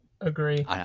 Agree